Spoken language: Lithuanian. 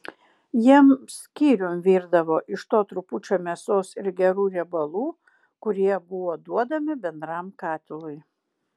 jiems skyrium virdavo iš to trupučio mėsos ir gerų riebalų kurie buvo duodami bendram katilui